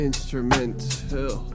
Instrumental